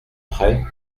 prêt